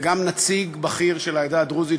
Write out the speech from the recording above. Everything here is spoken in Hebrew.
וגם נציג בכיר של העדה הדרוזית,